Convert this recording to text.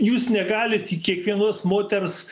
jūs negalit į kiekvienos moters